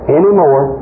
anymore